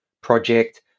project